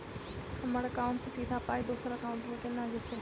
हम्मर एकाउन्ट सँ सीधा पाई दोसर एकाउंट मे केना जेतय?